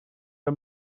bij